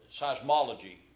seismology